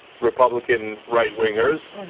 republican right-wingers.